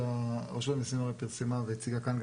רשות המיסים הרי פירסמה והציגה כאן גם